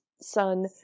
son